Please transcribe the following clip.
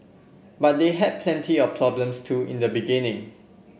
but they had plenty of problems too in the beginning